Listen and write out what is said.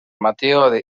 mateo